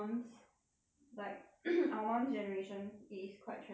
like our mums' generation it is quite trendy for them I think